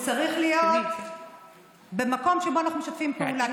הוא צריך להיות במקום שבו אנחנו משתפים פעולה.